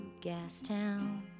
Gastown